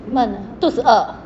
闷肚子饿